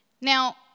Now